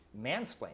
mansplaining